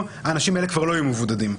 כבר,